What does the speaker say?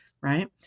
right